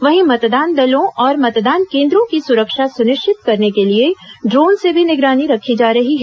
वहीं मतदान दलों और मतदान केंद्रों की सुरक्षा सुनिश्चित करने के लिए ड्रोन से भी निगरानी रखी जा रही है